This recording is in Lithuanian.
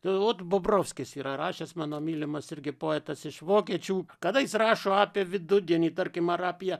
tai ot bobrovskis yra rašęs mano mylimas irgi poetas iš vokiečių kada jis rašo apie vidudienį tarkim ar apie